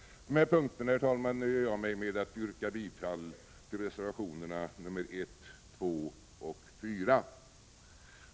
På dessa punkter, herr talman, nöjer jag mig med att yrka bifall till reservationerna 1, 2 och 4.